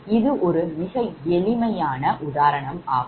இது ஒரு மிக எளிமையான உதாரணம் ஆகும்